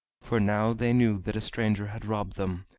for now they knew that a stranger had robbed them,